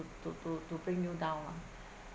to to to to bring you down lah